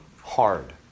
hard